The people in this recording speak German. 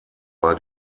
war